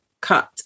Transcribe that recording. cut